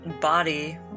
body